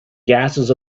gases